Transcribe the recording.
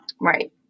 Right